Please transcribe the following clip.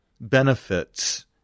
benefits